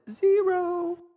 zero